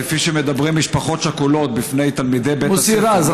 כפי שמדברות משפחות שכולות בפני תלמידי בית הספר מוסי רז,